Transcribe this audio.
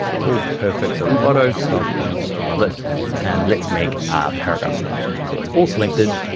so perfect, so roboto twelve point, love it and let's make our paragraph style. so it's all selected,